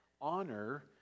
Honor